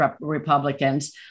Republicans